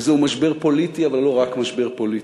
וזהו משבר פוליטי, אבל הוא לא רק משבר פוליטי,